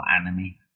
enemy